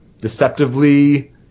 deceptively